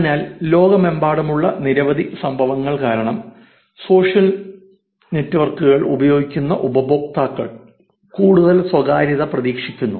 അതിനാൽ ലോകമെമ്പാടുമുള്ള നിരവധി സംഭവങ്ങൾ കാരണം സോഷ്യൽ നെറ്റ്വർക്കുകൾ ഉപയോഗിക്കുന്ന ഉപയോക്താക്കൾ കൂടുതൽ സ്വകാര്യത പ്രതീക്ഷിക്കുന്നു